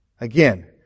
Again